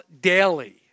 daily